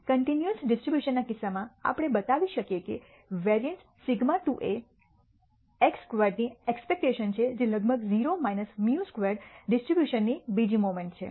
continuous ડિસ્ટ્રીબ્યુશનના કિસ્સામાં આપણે બતાવી શકીએ કે વેરીઅન્સ σ2 એ x સ્ક્વેર્ડની એક્સપેક્ટેશન છે જે લગભગ 0 μ સ્ક્વેર્ડ ડિસ્ટ્રીબ્યુશનની બીજી મોમેન્ટ છે